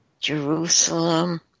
Jerusalem